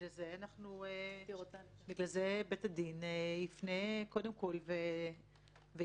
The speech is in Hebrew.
בגלל זה בית הדין יפנה קודם כל וישאל